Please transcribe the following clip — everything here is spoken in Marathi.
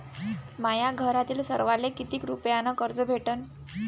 माह्या घरातील सर्वाले किती रुप्यान कर्ज भेटन?